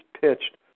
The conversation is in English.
pitched